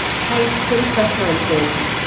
tastes and preferences,